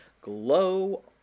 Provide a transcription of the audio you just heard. Glow